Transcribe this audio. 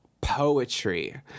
poetry